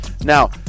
Now